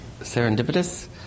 serendipitous